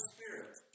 Spirit